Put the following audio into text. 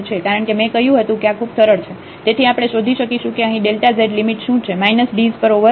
કારણ કે મેં કહ્યું હતું કે આ ખૂબ સરળ છે તેથી આપણે શોધી શકીશું કે અહીં z લિમિટ શું છે માઈનસ ડીઝ પર ઓવર રો પર